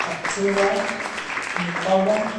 ,kaptura, mikoba.